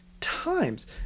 times